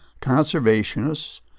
conservationists